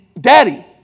Daddy